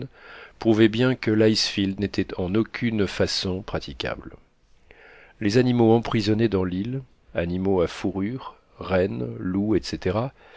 prouvait bien que l'icefield n'était en aucune façon praticable les animaux emprisonnés dans l'île animaux à fourrures rennes loups etc